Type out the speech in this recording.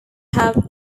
have